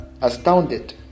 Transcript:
astounded